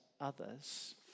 others